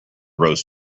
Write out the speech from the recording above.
rose